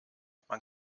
man